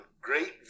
great